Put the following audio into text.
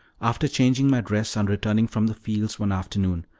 after changing my dress on returning from the fields one afternoon,